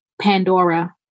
Pandora